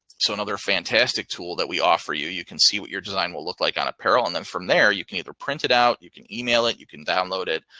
so another fantastic tool that we offer you. you can see what your design will look like on apparel. and then from there, you can either print it out, you can email it, you can download it.